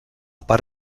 part